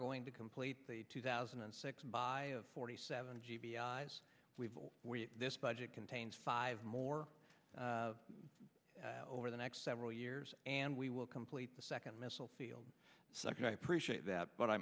going to complete the two thousand and six by forty seven g b eyes we've this budget contains five more over the next several years and we will complete the second missile field second i appreciate that but i